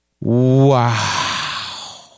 wow